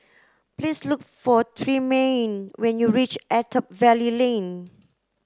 please look for Tremayne when you reach Attap Valley Lane